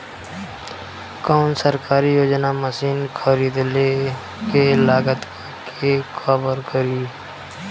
कौन सरकारी योजना मशीन खरीदले के लागत के कवर करीं?